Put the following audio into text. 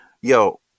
Yo